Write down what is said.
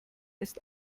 ist